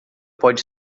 pode